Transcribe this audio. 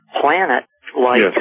planet-like